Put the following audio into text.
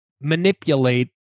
manipulate